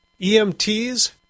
EMTs